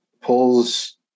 pulls